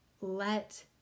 Let